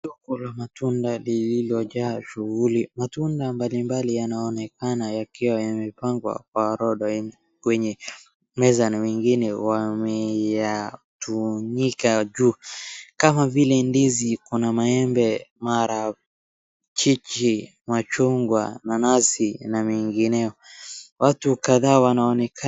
Soko la matunda lililojaa shughuli. Matunda mbalimbali yanaonekana yakiwa yamepangwa kwa rondo kwenye meza na wengine wameyatunika juu. Kama vile ndizi, kuna maembe, marachichi, machungwa na nanasi na mengineyo. Watu kadhaa wanaoneka.